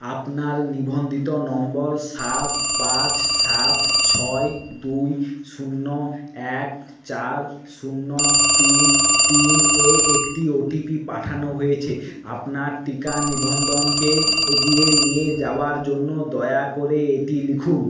আপনার নিবন্ধিত নম্বর সাত পাঁচ সাত ছয় দুই শূন্য এক চার শূন্য তিন তিনে একটি ওটিপি পাঠানো হয়েছে আপনার টিকা নিবন্ধনকে এগিয়ে নিয়ে যাওয়ার জন্য দয়া করে এটি লিখুন